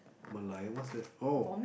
Merlion what's that oh